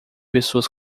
pessoas